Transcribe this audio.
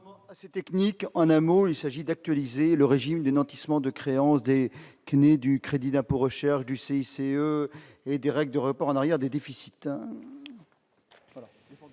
Ces techniques en un mot, il s'agit d'actualiser le régime du nantissement de créances des kinés du crédit d'impôt recherche du CCE et Direct de report en arrière des déficits.